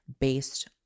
based